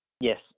Yes